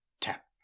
Tap